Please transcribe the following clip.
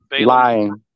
lying